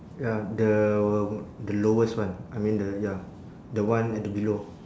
ya the the lowest one I mean the ya the one at the below